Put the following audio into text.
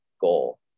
goal